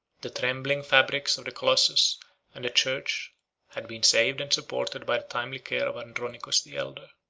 the trembling fabrics of the colossus and the church had been saved and supported by the timely care of andronicus the elder.